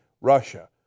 Russia